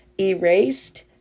erased